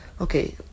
okay